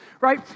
right